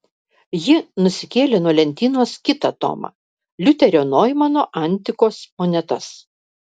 ji nusikėlė nuo lentynos kitą tomą liuterio noimano antikos monetas